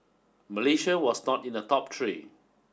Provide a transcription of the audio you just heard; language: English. Malaysia was not in the top three